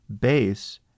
base